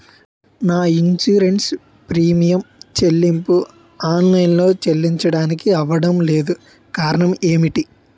నా insurance premium చెల్లింపు online లో చెల్లించడానికి అవ్వడం లేదు కారణం ఏమిటి?